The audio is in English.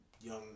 young